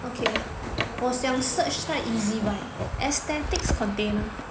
okay 我想 search 在 Ezbuy aesthetics container